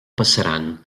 passaran